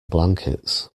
blankets